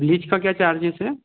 bleach का क्या charges है